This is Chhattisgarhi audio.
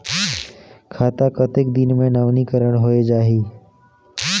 खाता कतेक दिन मे नवीनीकरण होए जाहि??